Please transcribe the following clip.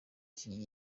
iki